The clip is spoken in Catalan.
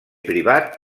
privat